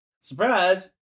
Surprise